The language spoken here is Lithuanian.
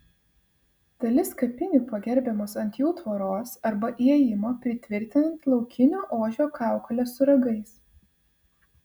dalis kapinių pagerbiamos ant jų tvoros arba įėjimo pritvirtinant laukinio ožio kaukolę su ragais